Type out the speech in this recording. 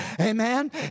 Amen